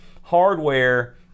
hardware